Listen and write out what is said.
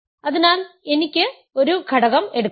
അതിനാൽ എനിക്ക് ഒരു ഘടകം എടുക്കാം